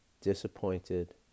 disappointed